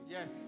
Yes